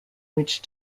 which